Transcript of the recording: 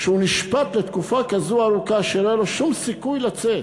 שהוא נשפט לתקופה כזאת ארוכה שלא היה לו שום סיכוי לצאת,